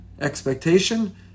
expectation